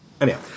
Anyhow